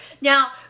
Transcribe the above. Now